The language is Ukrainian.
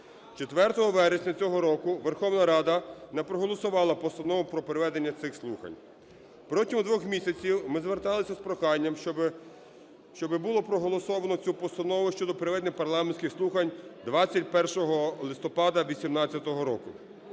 4 вересня цього року Верховна Рада не проголосувала постанову про проведення цих слухань. Протягом двох місяців ми зверталися з проханням, щоб було проголосовано цю постанову щодо проведення парламентських слухань 21 листопада 18-го року.